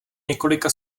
několika